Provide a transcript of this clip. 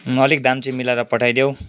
अलिक दाम चाहिँ मिलाएर पठाइदेऊ